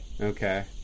Okay